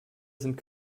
sind